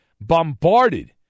bombarded